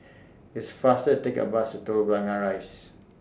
It's faster to Take The Bus to Telok Blangah Rise